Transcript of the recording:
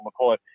McCoy